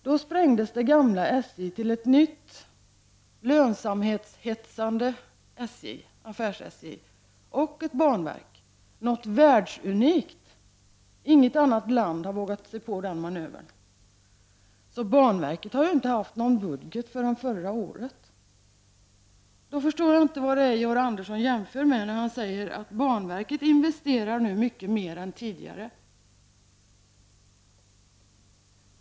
Då delades det gamla SJ i ett nytt lönsamhetshetsande affärs-SJ och ett banverk, och det var något världsunikt. Inget annat land har vågat sig på den manövern. Så banverket har ju inte haft någon budget förrän förra året. Då förstår jag inte vad det är Georg Andersson jämför med, när han säger att banverket nu investerar mycket mer än tidigare.